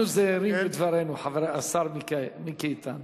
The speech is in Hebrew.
אנחנו זהירים בדברינו, השר מיקי איתן.